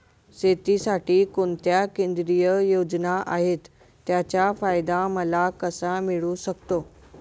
शेतीसाठी कोणत्या केंद्रिय योजना आहेत, त्याचा फायदा मला कसा मिळू शकतो?